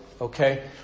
Okay